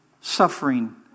suffering